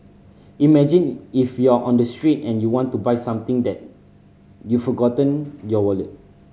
imagine if you're on the street and you want to buy something that you forgotten your wallet